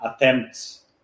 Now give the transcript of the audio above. attempts